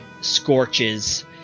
scorches